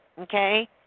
okay